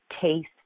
taste